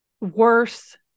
worse